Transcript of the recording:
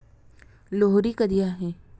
लोहरी कधी आहे?